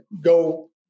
go